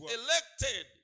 elected